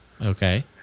Okay